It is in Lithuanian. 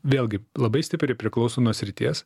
vėlgi labai stipriai priklauso nuo srities